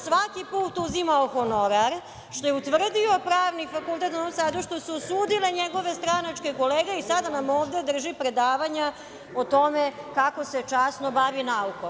Svaki put uzimao honorar, što je utvrdio Pravni fakultet u Novom Sadu, što su osudile njegove stranačke kolege i sada nam ovde drži predavanja o tome kako se časno bavi naukom.